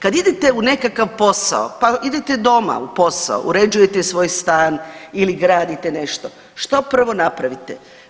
Kad idete u nekakav posao, pa idete doma u posao, uređujete svoj stan ili gradite nešto, što prvo napravite?